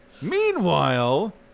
Meanwhile